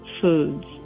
foods